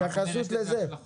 אחד או יותר